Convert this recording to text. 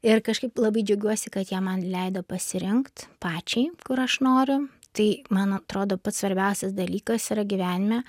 ir kažkaip labai džiaugiuosi kad jie man leido pasirinkt pačiai kur aš noriu tai man atrodo pats svarbiausias dalykas yra gyvenime